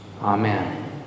Amen